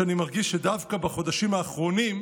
שאני מרגיש שדווקא בחודשים האחרונים,